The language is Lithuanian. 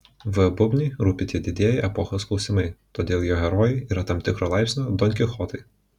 v bubniui rūpi tie didieji epochos klausimai todėl jo herojai yra tam tikro laipsnio donkichotai